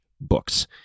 books